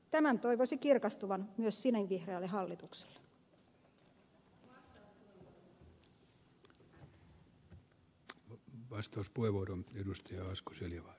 tämän toivoisi kirkastuvan myös sinivihreälle hallitukselle